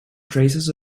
traces